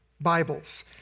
Bibles